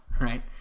right